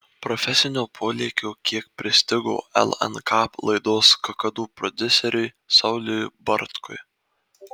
profesinio polėkio kiek pristigo lnk laidos kakadu prodiuseriui sauliui bartkui